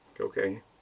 Okay